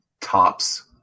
tops